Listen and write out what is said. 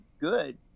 good